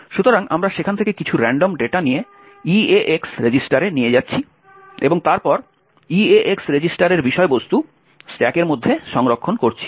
সুতরাং আমরা সেখান থেকে কিছু রান্ডম ডেটা নিয়ে EAX রেজিস্টারে নিয়ে যাচ্ছি এবং তারপর EAX রেজিস্টারের বিষয়বস্তু স্ট্যাকের মধ্যে সংরক্ষণ করছি